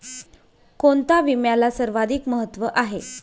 कोणता विम्याला सर्वाधिक महत्व आहे?